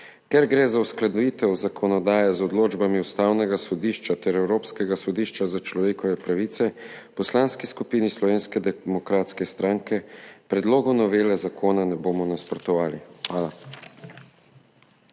Ker gre za uskladitev zakonodaje z odločbami Ustavnega sodišča ter Evropskega sodišča za človekove pravice, v Poslanski skupini Slovenske demokratske stranke predlogu novele zakona ne bomo nasprotovali. Hvala.